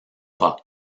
pas